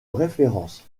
référence